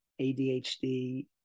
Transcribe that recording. ADHD